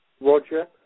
Roger